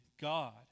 God